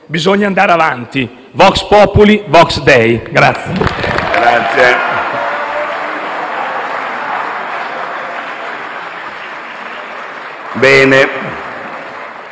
bisogna andare avanti: *vox populi, vox Dei*.